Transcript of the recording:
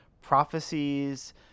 prophecies